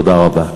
תודה רבה.